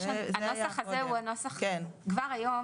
כבר היום